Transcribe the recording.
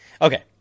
Okay